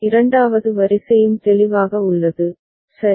இரண்டாவது வரிசையும் தெளிவாக உள்ளது சரி